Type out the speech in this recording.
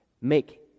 make